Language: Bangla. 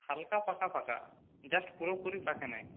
হালকা পাকা পাকা জাস্ট পুরোপুরি পাকেনি